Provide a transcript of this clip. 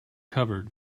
covered